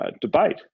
debate